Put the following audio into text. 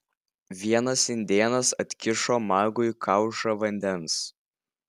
vienas indėnas atkišo magui kaušą vandens